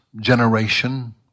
generation